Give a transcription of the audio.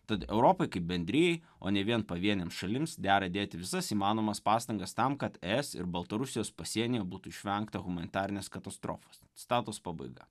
tad europai kaip bendrijai o ne vien pavienėms šalims dera dėti visas įmanomas pastangas tam kad es ir baltarusijos pasienyje būtų išvengta humanitarinės katastrofos citatos pabaiga